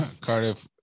Cardiff